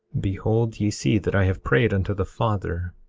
behold ye see that i have prayed unto the father,